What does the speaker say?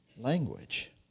language